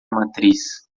matriz